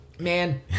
Man